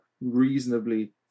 reasonably